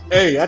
Hey